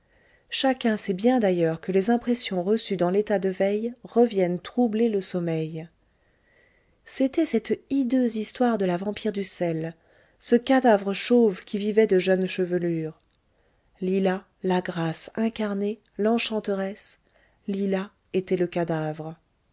chacun sait bien d'ailleurs que les impressions reçues dans l'état de veille reviennent troubler le sommeil c'était cette hideuse histoire de la vampire d'uszel ce cadavre chauve qui vivait de jeunes chevelures lila la grâce incarnée l'enchanteresse lila était le cadavre